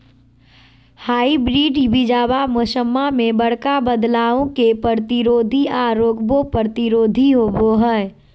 hybrid बीजावा मौसम्मा मे बडका बदलाबो के प्रतिरोधी आ रोगबो प्रतिरोधी होबो हई